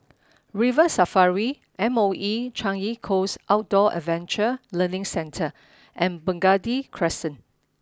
River Safari M O E Changi Coast Outdoor Adventure Learning Centre and Burgundy Crescent